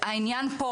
והעניין פה,